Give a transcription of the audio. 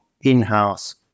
in-house